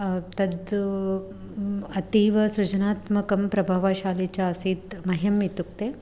तत् अतीवसृजनात्मकं प्रभावशाली च आसीत् मह्यम् इत्युक्ते